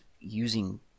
using